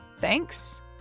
Thanks